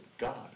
God